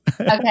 Okay